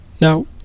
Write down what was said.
Now